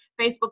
Facebook